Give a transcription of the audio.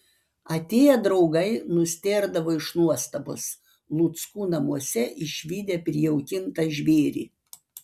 atėję draugai nustėrdavo iš nuostabos luckų namuose išvydę prijaukintą žvėrį